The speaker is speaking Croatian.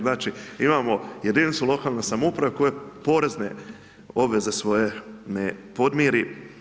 Znači imamo jedinicu lokalne samouprave koje porezne obveze svoje ne podmiri.